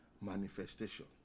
manifestation